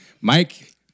Mike